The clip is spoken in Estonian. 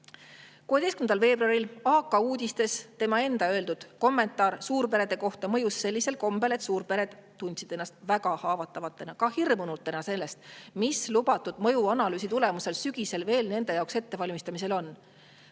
16. veebruaril "AK" uudistes tema enda öeldud kommentaar suurperede kohta mõjus sellisel kombel, et suurpered tundsid ennast väga haavatavatena, ka hirmunutena sellest, mis lubatud mõjuanalüüsi tulemusel sügisel veel nende jaoks ettevalmistamisel on.